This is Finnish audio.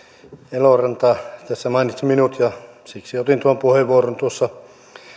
eloranta tässä mainitsi minut ja siksi otin puheenvuoron